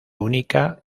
única